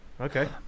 Okay